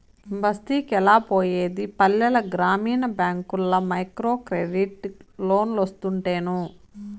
బస్తికెలా పోయేది పల్లెల గ్రామీణ బ్యాంకుల్ల మైక్రోక్రెడిట్ లోన్లోస్తుంటేను